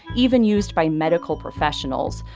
even used by medical professionals.